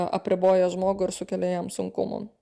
apriboja žmogų ir sukelia jam sunkumų